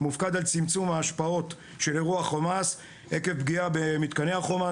מופקד על צמצום ההשפעות של אירוע חומ"ס עקב פגיעה במתקני החומ"ס,